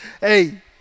hey